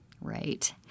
Right